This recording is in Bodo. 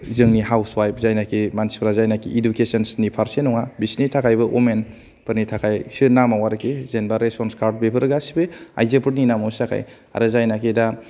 जोंनि हाउस वाइभ जायनाखि मानसिफोरा जायनोखि इडुकेसननि फारसे नङा बिसोरनि थाखायबो अमेनफोरनि थाखाय बिसोरनि नामाव आरोखि जेनेबा रेसन कार्ड बेफोरो गासिबो आयजोफोरनि नामावसो जाखायो आरो जायनोखि दा